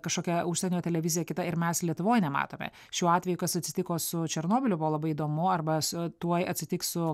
kažkokia užsienio televizija kita ir mes lietuvoj nematome šiuo atveju kas atsitiko su černobyliu buvo labai įdomu arba su tuoj atsitiks su